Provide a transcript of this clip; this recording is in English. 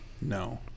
no